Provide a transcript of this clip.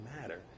matter